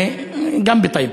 גם בטייבה,